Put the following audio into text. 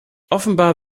offenbar